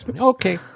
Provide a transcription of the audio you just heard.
Okay